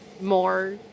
more